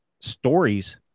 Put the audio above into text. stories